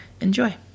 Enjoy